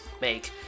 make